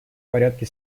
порядке